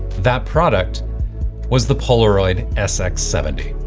that product was the polaroid sx seventy.